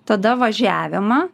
tada važiavimą